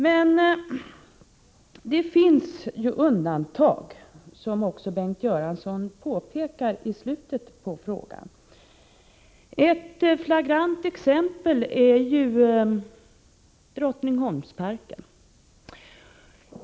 Men det finns ju undantag, som Bengt Göransson också påpekar i slutet av svaret. Ett flagrant exempel är Drottningholmsparken.